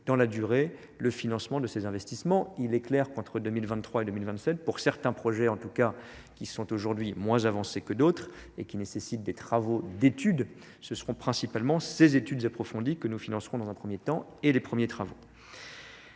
dans la durée le financement de ces investissements est clair qu'entre deux mille vingt trois et deux mille vingt sept pour certains projets en tout cas qui sont aujourd'hui moins avancés que d'autres et qui nécessitent des travaux d'étude ce sont principalement ces études approfondies que nous financeront dans un premier temps et les premiers travaux